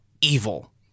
evil